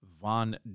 von